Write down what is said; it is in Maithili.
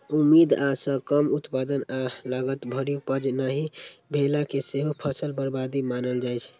उम्मीद सं कम उत्पादन आ लागत भरि उपज नहि भेला कें सेहो फसल बर्बादी मानल जाइ छै